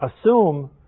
assume